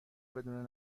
بدون